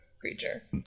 creature